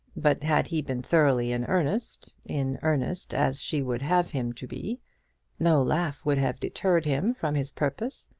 but had he been thoroughly in earnest in earnest as she would have him to be no laugh would have deterred him from his purpose.